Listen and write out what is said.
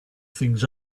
things